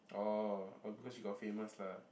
orh oh because she got famous lah